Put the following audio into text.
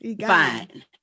fine